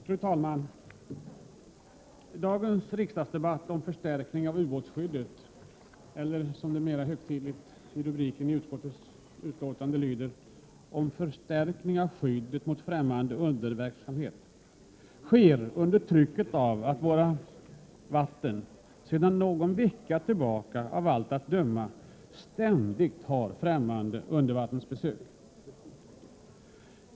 Fru talman! Dagens riksdagsdebatt om förstärkning av ubåtsskyddet — eller mera högtidligt, som rubriken i utskottsbetänkandet lyder, om förstärkning av skyddet mot främmande underrättelseverksamhet — sker under trycket av att våra inre vatten sedan någon vecka tillbaka av allt att döma ständigt har främmande undervattensbesök.